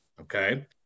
Okay